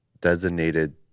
designated